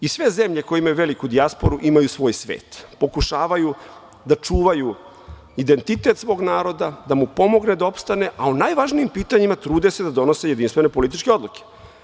I sve zemlje koje imaju veliku dijasporu imaju svoj svet, pokušavaju da čuvaju identitet svog naroda, da mu pomognu da opstane, a o najvažnijim pitanjima trude se da donose jedinstvene političke odluke.